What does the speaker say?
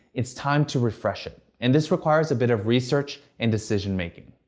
it's time to refresh it. and this requires a bit of research and decision making.